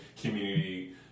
community